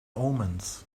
omens